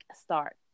start